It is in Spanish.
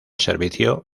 servicio